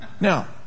Now